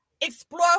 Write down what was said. explore